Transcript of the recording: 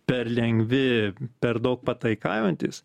per lengvi per daug pataikaujantys